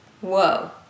Whoa